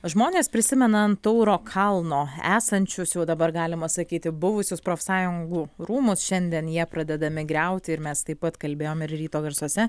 žmonės prisimena ant tauro kalno esančius jau dabar galima sakyti buvusius profsąjungų rūmus šiandien jie pradedami griauti ir mes taip pat kalbėjom ir ryto garsuose